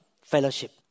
fellowship